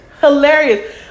Hilarious